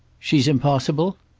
she's impossible?